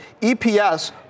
EPS